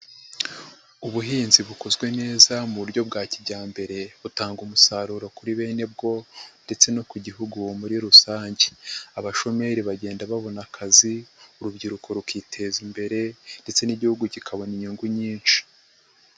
Ubuhinzi bukozwe neza mu buryo bwa kijyambere butanga umusaruro kuri bene bwo ndetse no ku gihugu muri rusange. Abashomeri bagenda babona akazi, urubyiruko rukiteza imbere ndetse n'igihugu kikabona inyungu nyinshi.